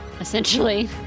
essentially